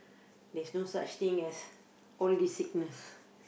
there's no such thing as all this sickness